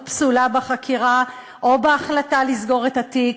פסולה בחקירה או בהחלטה לסגור את התיק,